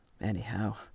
Anyhow